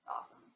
awesome